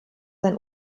ein